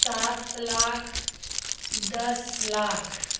सात लाख दस लाख